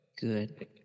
Good